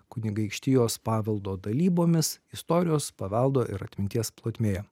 kunigaikštijos paveldo dalybomis istorijos paveldo ir atminties plotmėje